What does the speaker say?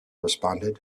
responded